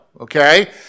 Okay